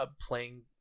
playing